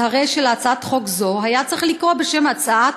הרי שלהצעת חוק זו היה צריך לקרוא בשם הצעת